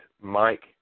Mike